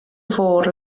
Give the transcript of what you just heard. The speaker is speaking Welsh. fôr